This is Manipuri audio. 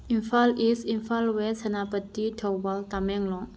Imphal east Imphal west Senapati Thoubal Tamenglong